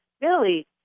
Billy